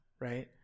right